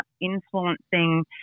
influencing